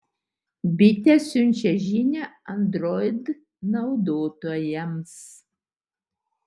bitė siunčia žinią android naudotojams